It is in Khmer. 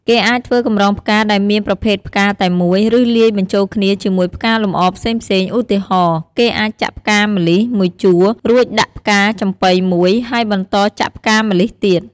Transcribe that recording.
គេអាចធ្វើកម្រងផ្កាដែលមានប្រភេទផ្កាតែមួយ ឬលាយបញ្ចូលគ្នាជាមួយផ្កាលម្អផ្សេងៗ ឧទាហរណ៍ គេអាចចាក់ផ្កាម្លិះមួយជួរ រួចដាក់ផ្កាចំប៉ីមួយ ហើយបន្តចាក់ផ្កាម្លិះទៀត។